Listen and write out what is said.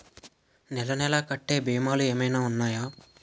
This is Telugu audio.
నెల నెల కట్టే భీమాలు ఏమైనా ఉన్నాయా?